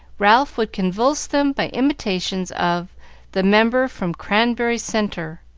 ralph would convulse them by imitations of the member from cranberry centre,